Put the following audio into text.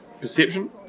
perception